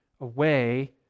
away